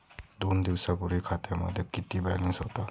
दोन दिवसांपूर्वी खात्यामध्ये किती बॅलन्स होता?